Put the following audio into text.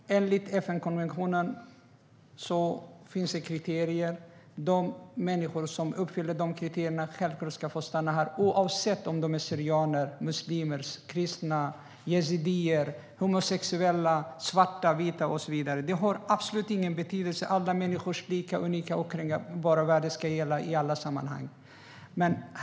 Enligt FN-konventionen finns det kriterier. De människor som uppfyller de kriterierna ska självklart få stanna här oavsett de är syrianer, muslimer, kristna, yazidier, homosexuella, svarta, vita och så vidare. Det har absolut ingen betydelse. Alla människors lika, unika och okränkbara värde ska gälla i alla sammanhang.